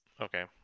Okay